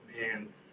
Man